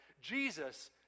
Jesus